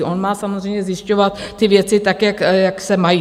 On má samozřejmě zjišťovat ty věci tak, jak se mají.